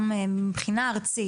מבחינה ארצית.